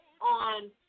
on